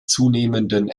zunehmenden